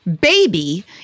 baby